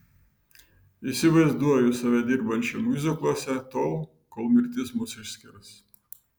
įsivaizduoju save dirbančią miuzikluose tol kol mirtis mus išskirs